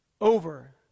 over